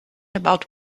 about